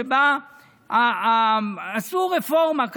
שבה עשו רפורמה,